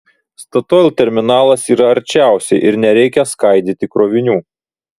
statoil terminalas yra arčiausiai ir nereikia skaidyti krovinių